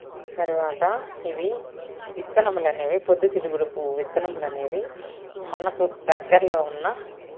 తర్వాత ఇవి విత్తనములనేవి పొద్దుతిరుగుడు పువ్వు విత్తనములనేవి మనకు దగ్గర్లో ఉన్న